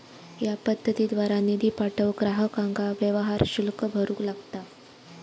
या पद्धतीद्वारा निधी पाठवूक ग्राहकांका व्यवहार शुल्क भरूक लागता